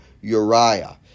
Uriah